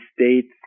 states